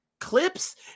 clips